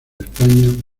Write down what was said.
españa